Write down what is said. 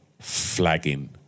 flagging